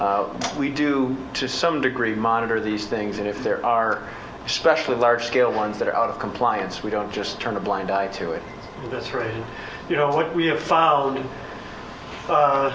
we do to some degree monitor these things and if there are especially large scale ones that are out of compliance we don't just turn a blind eye to it at this rate you know what we have found